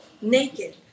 naked